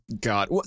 God